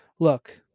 Look